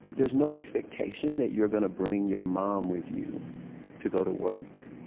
there's no expectation that you're going to bring your mom with you to go to work.